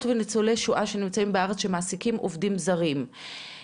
וניצולי שואה שנמצאים בארץ שמעסיקים עובדים זרים,